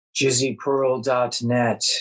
jizzypearl.net